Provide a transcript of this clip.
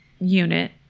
unit